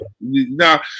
now